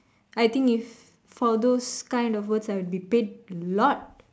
I think if for those of kind of works I will be paid a lot